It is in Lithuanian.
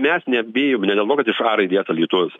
mes nebijom ne dėl to kad iš a raidės alytus